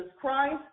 Christ